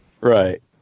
Right